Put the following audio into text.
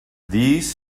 these